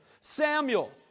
Samuel